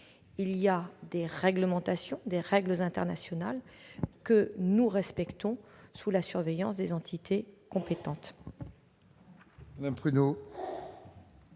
Il existe des règles internationales que nous respectons, sous la surveillance des entités compétentes.